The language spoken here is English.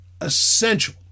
essential